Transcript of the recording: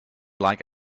like